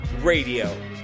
radio